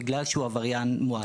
בגלל שהוא עבריין מועד.